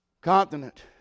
continent